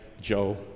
Joe